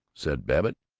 said babbitt.